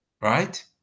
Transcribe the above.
right